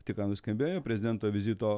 tik ką nuskambėjo prezidento vizito